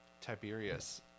Tiberius